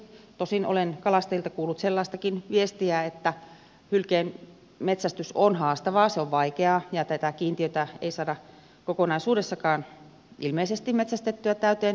tosin olen kalastajilta kuullut sellaistakin viestiä että hylkeenmetsästys on haastavaa se on vaikeaa ja tätä kiintiötä ei saada kokonaisuudessakaan ilmeisesti metsästettyä täyteen